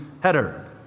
header